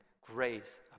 grace